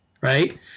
right